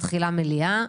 וב-11:00 מתחילה מליאה,